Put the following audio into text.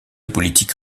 politique